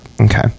Okay